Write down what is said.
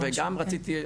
וגם רציתי,